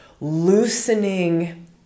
loosening